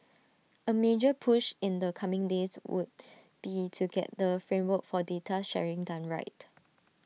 A major push in the coming days would be to get the framework for data sharing done right